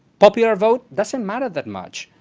popular vote doesn't matter that much.